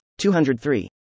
203